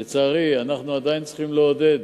לצערי, אנחנו עדיין צריכים לעודד את